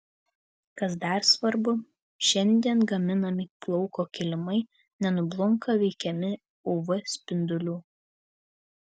kas dar svarbu šiandien gaminami lauko kilimai nenublunka veikiami uv spindulių